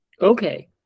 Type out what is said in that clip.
Okay